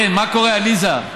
כן, מה קורה, עליזה?